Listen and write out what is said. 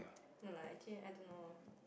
no lah actually I don't know